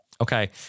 Okay